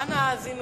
אנא האזינו